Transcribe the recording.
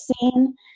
seen